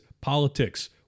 politics